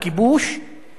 מפירה חוק שלה.